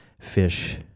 fish